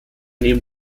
neben